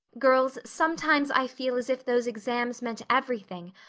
girls, sometimes i feel as if those exams meant everything,